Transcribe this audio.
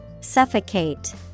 Suffocate